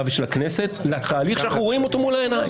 ושל הכנסת לתהליך שאנחנו רואים מול העיניים.